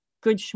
good